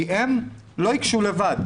כי הם לא ייגשו לבד.